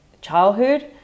childhood